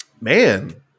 Man